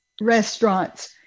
restaurants